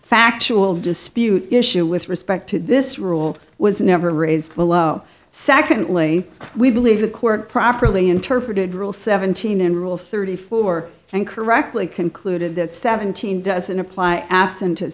factual dispute issue with respect to this rule was never raised below secondly we believe the court properly interpreted rule seventeen in rule thirty four and correctly concluded that seventeen doesn't apply absent